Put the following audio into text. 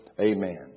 Amen